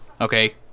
okay